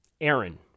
Aaron